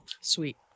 sweet